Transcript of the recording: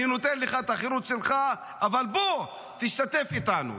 אני נותן לך את החירות שלך, אבל בוא תשתתף איתנו.